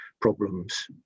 problems